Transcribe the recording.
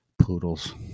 Poodles